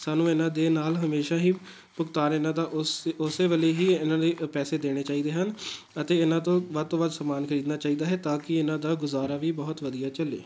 ਸਾਨੂੰ ਇਹਨਾਂ ਦੇ ਨਾਲ਼ ਹਮੇਸ਼ਾਂ ਹੀ ਭੁਗਤਾਨ ਇਹਨਾਂ ਦਾ ਉਸ ਉਸੇ ਵੇਲੇ ਹੀ ਇਹਨਾਂ ਦੇ ਪੈਸੇ ਦੇਣੇ ਚਾਹੀਦੇ ਹਨ ਅਤੇ ਇਹਨਾਂ ਤੋਂ ਵੱਧ ਤੋਂ ਵੱਧ ਸਮਾਨ ਖਰੀਦਣਾ ਚਾਹੀਦਾ ਹੈ ਤਾਂ ਕਿ ਇਹਨਾਂ ਦਾ ਗੁਜ਼ਾਰਾ ਵੀ ਬਹੁਤ ਵਧੀਆ ਚੱਲੇ